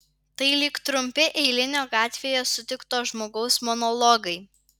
tai lyg trumpi eilinio gatvėje sutikto žmogaus monologai